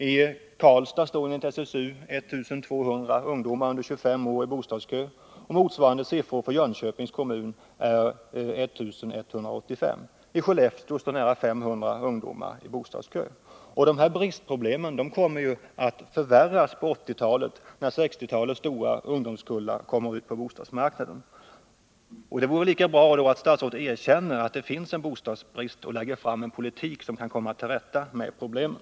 I Karlstad står enligt SSU 1200 ungdomar under 25 år i bostadskö, och motsvarande siffra för Jönköping är 1185. I Skellefteå står nära 500 ungdomar i bostadskö. De här bristproblemen kommer ju att förvärras under 1980-talet när 1960-talets stora ungdomskullar kommer ut på bostadsmarknaden. Därför vore det lika bra att statsrådet erkänner att det finns en bostadsbrist och att hon bestämmer sig för en politik som gör att vi kan komma till rätta med problemen.